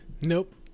Nope